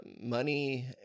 money